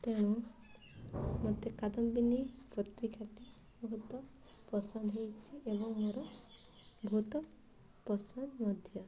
ତେଣୁ ମୋତେ କାଦମ୍ବିନୀ ପତ୍ରିକାଟି ବହୁତ ପସନ୍ଦ ହେଇଛି ଏବଂ ମୋର ବହୁତ ପସନ୍ଦ ମଧ୍ୟ